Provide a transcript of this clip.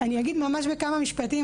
אני אגיד ממש בכמה משפטים,